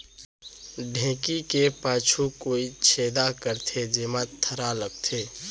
ढेंकी के पाछू कोइत छेदा करथे, जेमा थरा लगथे